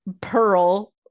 pearl